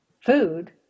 food